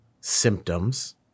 symptoms